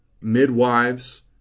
midwives